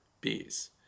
bees